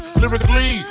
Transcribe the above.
lyrically